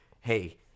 hey